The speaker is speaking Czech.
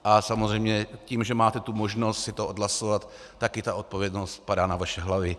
A samozřejmě tím, že máte tu možnost si to odhlasovat, tak i ta odpovědnost padá na vaše hlavy.